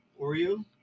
Oreo